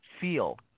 feel